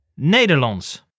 Nederlands